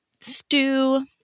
stew